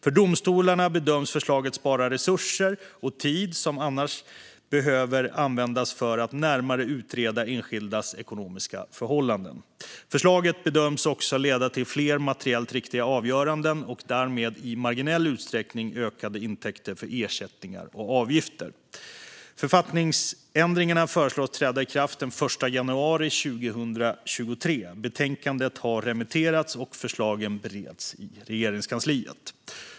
För domstolarna bedöms förslaget spara resurser och tid som annars skulle behöva användas för att närmare utreda enskildas ekonomiska förhållanden. Förslaget bedöms också leda till fler materiellt riktiga avgöranden och därmed i marginell utsträckning ökade intäkter för ersättningar och avgifter. Författningsändringarna föreslås träda i kraft den 1 januari 2023. Betänkandet har remitterats, och förslagen bereds i Regeringskansliet.